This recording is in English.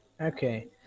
okay